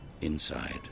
inside